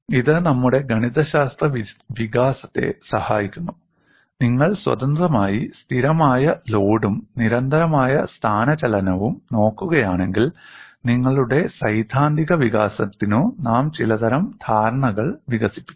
ഇത് നമ്മുടെ ഗണിതശാസ്ത്ര വികാസത്തെ സഹായിക്കുന്നു നിങ്ങൾ സ്വതന്ത്രമായി സ്ഥിരമായ ലോഡും നിരന്തരമായ സ്ഥാനചലനവും നോക്കുകയാണെങ്കിൽ നിങ്ങളുടെ സൈദ്ധാന്തിക വികാസത്തിനു നാം ചിലതരം ധാരണകൾ വികസിപ്പിക്കും